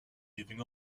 leaving